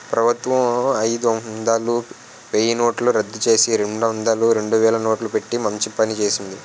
ప్రభుత్వం అయిదొందలు, వెయ్యినోట్లు రద్దుచేసి, రెండొందలు, రెండువేలు నోట్లు పెట్టి మంచి పని చేసింది